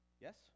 Yes